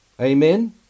Amen